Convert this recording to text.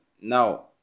Now